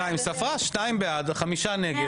היא ספרה, שתיים בעד, חמישה נגד.